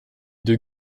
deux